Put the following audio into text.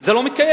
זה לא מתקיים,